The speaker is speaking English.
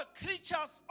creatures